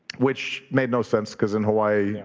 which made no sense, cause in hawaii,